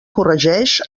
corregeix